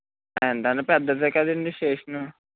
ఎంతైనా పెద్దదే కదండీ స్టేషను